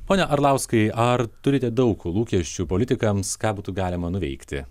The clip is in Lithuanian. pone arlauskai ar turite daug lūkesčių politikams ką būtų galima nuveikti